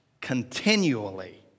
continually